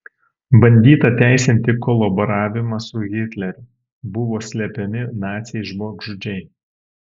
bandyta teisinti kolaboravimą su hitleriu buvo slepiami naciai žmogžudžiai